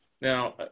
Now